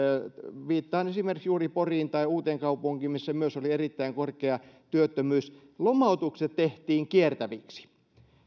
viittaan esimerkiksi juuri poriin tai uuteenkaupunkiin missä myös oli erittäin korkea työttömyys lomautukset tehtiin kiertäviksi